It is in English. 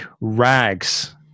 rags